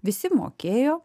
visi mokėjo